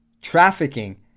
trafficking